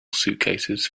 suitcases